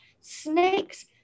snakes